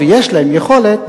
ויש להם יכולת,